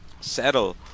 settle